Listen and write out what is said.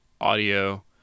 audio